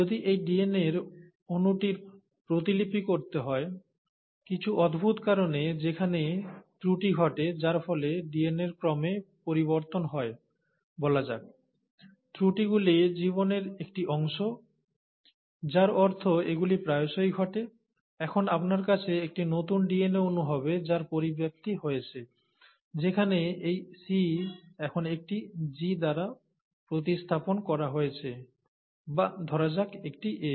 যদি এই ডিএনএর অণুটির প্রতিলিপি করতে হয় কিছু অদ্ভুত কারণে সেখানে ত্রুটি ঘটে যার ফলে ডিএনএর ক্রমে পরিবর্তন হয় বলা যাক ত্রুটিগুলি জীবনের একটি অংশ যার অর্থ এগুলি প্রায়শই ঘটে এখন আপনার কাছে একটি নতুন ডিএনএ অণু হবে যার পরিব্যক্তি হয়েছে যেখানে এই C এখন একটি G দ্বারা প্রতিস্থাপন করা হয়েছে বা ধরা যাক একটি A